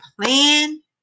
plan